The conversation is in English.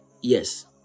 yes